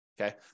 okay